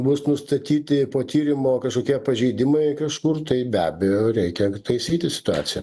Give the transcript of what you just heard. bus nustatyti po tyrimo kažkokie pažeidimai kažkur tai be abejo reikia taisyti situaciją